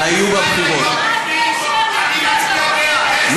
את יודעת כמה כסף היה במערכת הבחירות בארצות-הברית ב-2012?